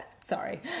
Sorry